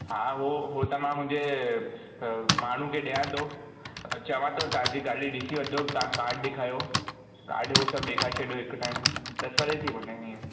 हा हो हो त मां मुंहिंजे माण्हू खे ॾियां थो चवां थो तव्हांजी गाॾी ॾिसी वठंदो तव्हां कार्डु ॾिखायो कार्डु हो सभु ॾिखाए छॾियो हिकु टाइम तसली थी वञे हीअं